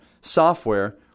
software